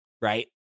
right